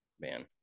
man